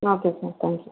okay sir thank you